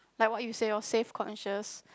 like what you say lor safe conscious